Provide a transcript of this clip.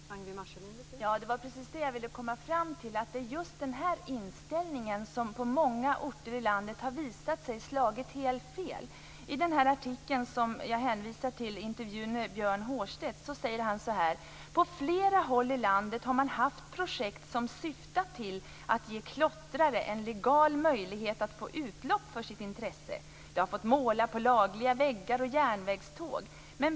Fru talman! Det var precis det jag ville komma fram till; att det just är den här inställningen som på många orter i landet har visat sig slå helt fel. I den här artikeln som jag hänvisar till, intervjun med Björn Hårdstedt, säger han: På flera håll i landet har man haft projekt som syftat till att ge klottrare en legal möjlighet att få utlopp för sitt intresse. De har fått måla på lagliga väggar och järnvägståg.